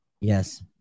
Yes